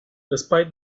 despite